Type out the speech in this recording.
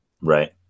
Right